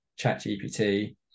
ChatGPT